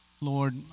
Lord